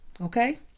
okay